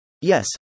Yes